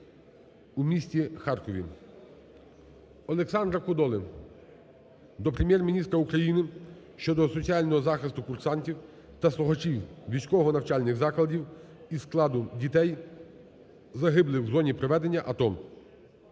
Олександра Кодоли до Прем'єр-міністра України щодо соціального захисту курсантів та слухачів військово-навчальних закладів, із складу дітей загиблих в зоні проведення АТО.